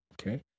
Okay